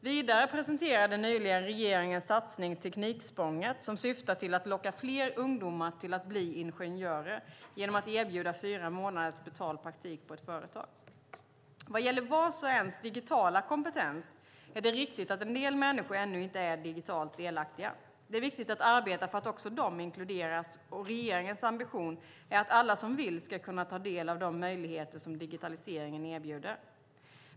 Vidare presenterades nyligen regeringens satsning Tekniksprånget, som syftar till att locka fler ungdomar till att bli ingenjörer genom att erbjuda fyra månaders betald praktik på ett företag. Vad gäller vars och ens digitala kompetens är det riktigt att en del människor ännu inte är digitalt delaktiga. Det är viktigt att arbeta för att också de inkluderas, och regeringens ambition är att alla som vill ska kunna ta del av de möjligheter som digitaliseringen erbjuder.